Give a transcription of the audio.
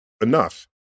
enough